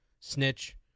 snitch